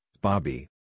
Bobby